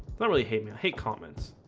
not really hate me i hate comments